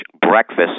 breakfast